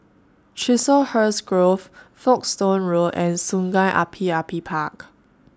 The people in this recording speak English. Chiselhurst Grove Folkestone Road and Sungei Api Api Park